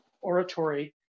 oratory